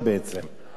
אני רוצה לדעת.